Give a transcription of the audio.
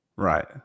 Right